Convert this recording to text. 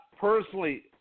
personally